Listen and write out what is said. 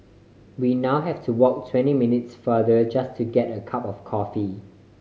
we now have to walk twenty minutes farther just to get a cup of coffee